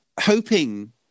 hoping